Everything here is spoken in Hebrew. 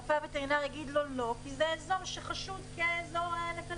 הרופא הווטרינרי יסרב כי זה אזור חשוב בכלבת.